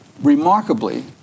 remarkably